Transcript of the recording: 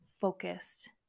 focused